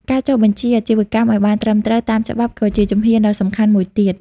ការចុះបញ្ជីអាជីវកម្ម ឱ្យបានត្រឹមត្រូវតាមច្បាប់ក៏ជាជំហានដ៏សំខាន់មួយទៀត។